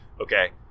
Okay